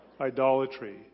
idolatry